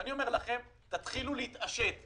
ואני אומר לכם: תתחילו להתעשת.